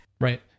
Right